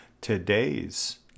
today's